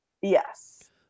Yes